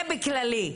זה בכללי,